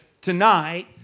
tonight